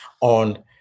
on